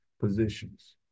positions